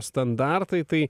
standartai tai